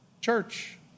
Church